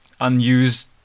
unused